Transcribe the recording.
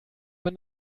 wenn